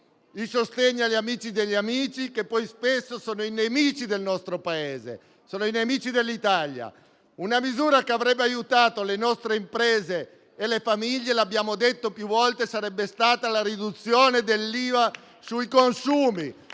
il sostegno agli amici degli amici, che poi spesso sono i nemici del nostro Paese, sono i nemici dell'Italia. Una misura che avrebbe aiutato le nostre imprese e le famiglie - lo abbiamo detto più volte - sarebbe stata la riduzione dell'IVA sui consumi